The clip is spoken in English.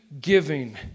giving